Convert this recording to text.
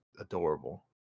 adorable